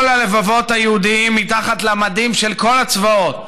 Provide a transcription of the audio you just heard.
"כל הלבבות היהודיים מתחת למדים של כל הצבאות,